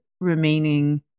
remaining